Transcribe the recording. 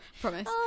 promise